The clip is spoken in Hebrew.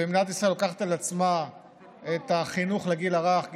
ומדינת ישראל לוקחת על עצמה את החינוך לגיל הרך,